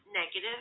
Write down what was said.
negative